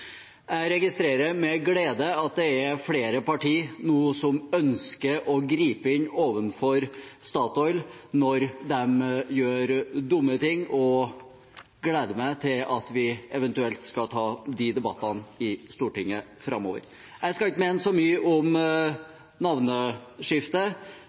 Jeg registrerer med glede at det nå er flere partier som ønsker å gripe inn overfor Statoil når de gjør dumme ting, og gleder meg til vi eventuelt skal ta de debattene i Stortinget framover. Jeg skal ikke mene så mye om